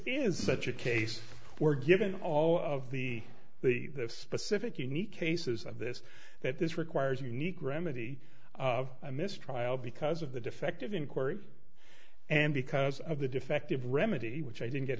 is such a case where given all of the specific unique cases of this that this requires unique remedy of a mistrial because of the defective inquiry and because of the defective remedy which i didn't get